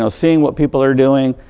so seeing what people are doing.